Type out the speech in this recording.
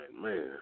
Man